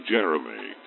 Jeremy